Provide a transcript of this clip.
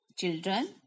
Children